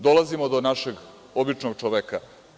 Dolazimo do našeg običnog čoveka.